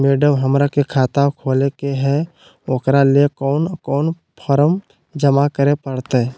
Madam, हमरा के खाता खोले के है उकरा ले कौन कौन फारम जमा करे परते?